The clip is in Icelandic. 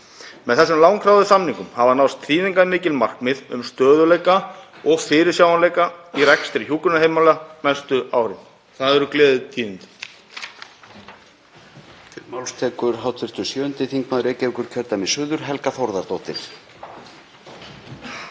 Með þessum langþráðu samningum hafa náðst þýðingarmikil markmið um stöðugleika og fyrirsjáanleika í rekstri hjúkrunarheimila á næstu árum. Það eru gleðitíðindi.